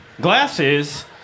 glasses